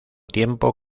tiempo